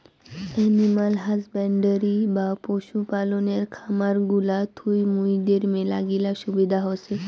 animal husbandry বা পশু পালনের খামার গুলা থুই মুইদের মেলাগিলা সুবিধা হসে